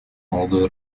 молодой